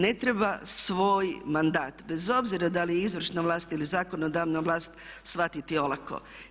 Ne treba svoj mandat bez obzira da li izvršna vlast ili zakonodavna vlast shvatiti olako.